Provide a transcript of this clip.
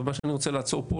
אני רוצה לעצור פה.